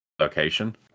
location